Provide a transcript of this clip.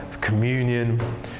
communion